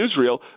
Israel